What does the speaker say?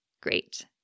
great